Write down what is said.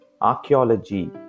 archaeology